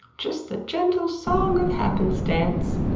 just the gentle song of happenstance.